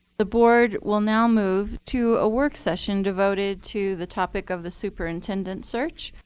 the board will now move to a work session devoted to the topic of the superintendent search.